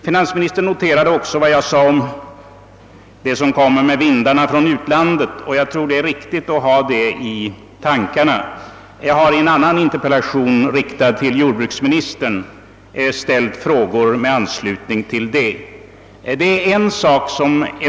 Finansministern noterade också vad jag framhöll om de föroreningar som förs in i Sverige med vindarna från ut landet, och jag tror att det är riktigt att ha detta förhållande i tankarna. Jag har i en annan interpellation, riktad till jordbruksministern, ställt frågor i anslutning till detta problem.